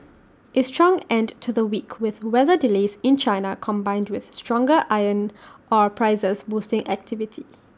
A strong end to the week with weather delays in China combined with stronger iron ore prices boosting activity